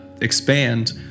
expand